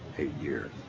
eight years.